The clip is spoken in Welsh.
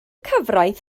cyfraith